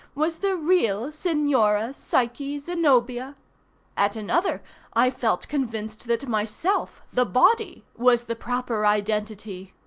was the real signora psyche zenobia at another i felt convinced that myself, the body, was the proper identity.